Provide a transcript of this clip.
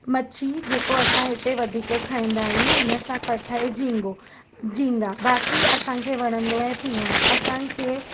मच्छी जेको असां हिते वधीक खाईंदा आहियूं इनसां कठ आहे झिंगो झींगा बाक़ी असांखे वणंदो आहे तिवणु असांखे